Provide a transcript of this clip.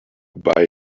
buy